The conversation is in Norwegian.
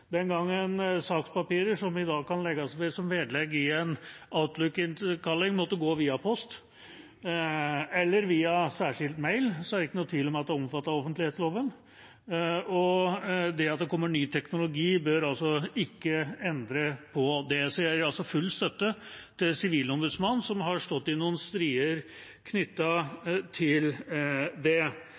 Den gangen da sakspapirer, som i dag kan legges ved som vedlegg i en Outlook-innkalling, måtte gå via post eller særskilt mail, er det ingen tvil om at det ble omfattet av offentlighetsloven, og det at det kommer ny teknologi, bør ikke endre på det. Jeg gir altså full støtte til Sivilombudsmannen, som har stått i noen strider knyttet til det.